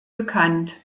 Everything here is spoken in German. bekannt